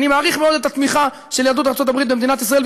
אני מעריך מאוד את התמיכה של יהדות ארצות הברית במדינת ישראל,